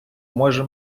може